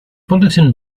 bulletin